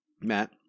Matt